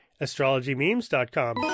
AstrologyMemes.com